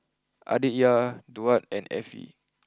Aditya Duard and Effie